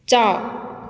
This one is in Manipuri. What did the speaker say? ꯆꯥꯛ